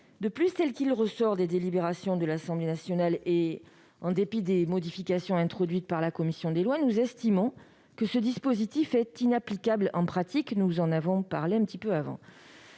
De plus, tel qu'il ressort des délibérations de l'Assemblée nationale- et en dépit des modifications introduites par la commission des lois -, nous estimons que ce dispositif est inapplicable en pratique. Nous examinerons point par point